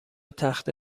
تخته